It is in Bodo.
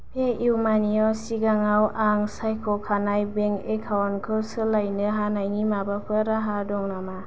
पेइउमानिआव सिगाङाव आं सायख'खानाय बेंक एकाउन्टखौ सोलायनो हानायनि माबाफोर राहा दं नामा